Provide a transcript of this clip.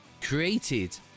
created